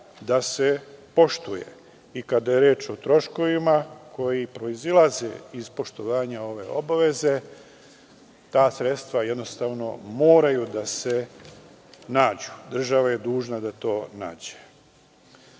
da se poštuje, i kada je reč o troškovima koji proizilaze iz poštovanja ove obaveze, ta sredstva moraju da se nađu. Država je dužna da to nađe.